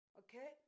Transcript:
okay